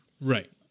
Right